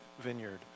Vineyard